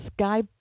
Sky